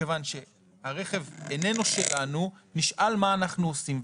כיוון שהרכב איננו שלנו נשאל מה אנחנו עושים,